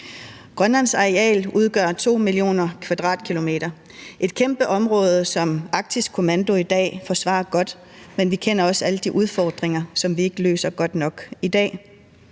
Grønlands areal udgør 2 mio. km² – et kæmpe område, som Arktisk Kommando i dag forsvarer godt, men vi kender også alle de udfordringer, som vi ikke løser godt nok i dag.